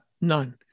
none